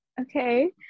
Okay